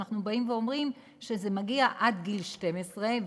אנחנו באים ואומרים שזה מגיע עד גיל 12,